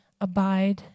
abide